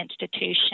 institution